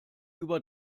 über